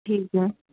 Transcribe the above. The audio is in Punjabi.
ਠੀਕ ਆ